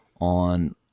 on